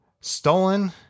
Stolen